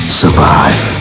survive